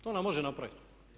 To nam može napraviti.